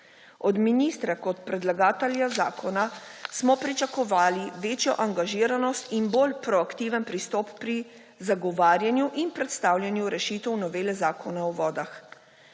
Od ministra kot predlagatelja zakona smo pričakovali večjo angažiranost in bolj proaktiven pristop pri zagovarjanju in predstavljanju rešitev novele Zakona o vodah.